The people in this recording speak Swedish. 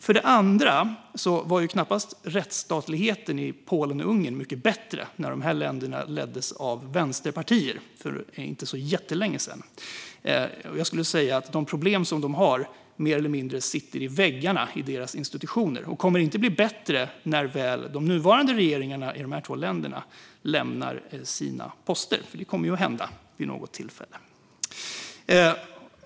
Vidare var rättstatligheten i Polen och Ungern knappast bättre när dessa länder leddes av vänsterpartier för inte så jättelänge sedan. De problem som finns sitter mer eller mindre i väggarna i institutionerna, och de kommer inte att bli bättre när väl de nuvarande regeringarna i de två länderna lämnar sina poster. Det kommer ju att hända vid något tillfälle.